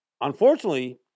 unfortunately